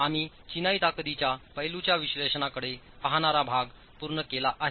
आम्ही चिनाई ताकदीच्या पैलूंच्या विश्लेषणाकडे पहणारा भाग पूर्ण केला आहे